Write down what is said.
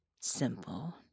simple